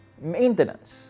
maintenance